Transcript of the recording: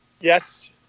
Yes